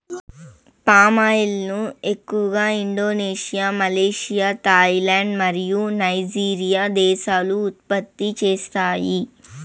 palm oil ను ఎక్కువగా Indonesia, Malaysia, Thailand మరియు నైజీరియా దేశాలు ఉత్పత్తి చేస్తాయి